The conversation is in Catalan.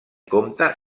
compte